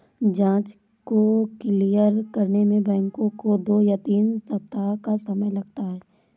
जाँच को क्लियर करने में बैंकों को दो या तीन सप्ताह का समय लगता है